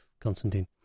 Constantine